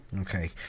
Okay